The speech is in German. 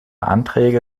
anträge